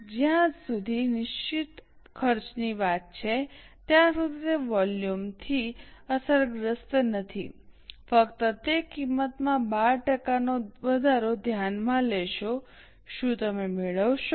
જ્યાં સુધી નિશ્ચિત ખર્ચની વાત છે ત્યાં સુધી તે વોલ્યુમથી અસરગ્રસ્ત નથી ફક્ત તે કિંમતમાં 12 ટકાનો વધારો ધ્યાનમાં લેશો શું તમે મેળવશો